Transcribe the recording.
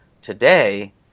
today